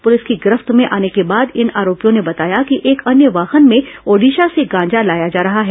police की गिरफ्त में आने को बाद इन आरोपियों ने बताया कि एक अन्य वाहन में ओड़िशा से गांजा लाया जा रहा है